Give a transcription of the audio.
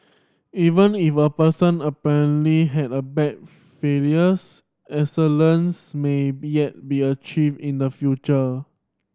even if a person apparently had a bad failures excellence may yet be achieved in the future